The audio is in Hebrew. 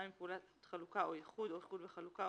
מפעולת חלוקה או איחוד או איחוד וחלוקה,